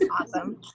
awesome